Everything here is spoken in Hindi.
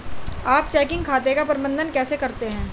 आप चेकिंग खाते का प्रबंधन कैसे करते हैं?